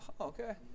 okay